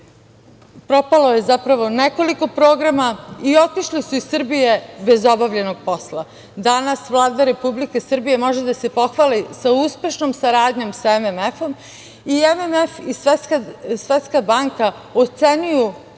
zato što je propalo nekoliko programa i otišli su iz Srbije bez obavljenog posla. Danas, Vlada Republike Srbije može da se pohvali sa uspešnom saradnjom sa MMF-om i, MMF i Svetska banka, ocenjuju